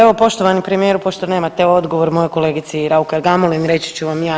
Evo poštovani premijeru, pošto nemate odgovor mojoj kolegici Raukar Gamulin reći ću vam ja.